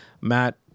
Matt